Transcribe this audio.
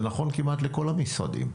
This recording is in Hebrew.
וזה נכון כמעט לכל המשרדים.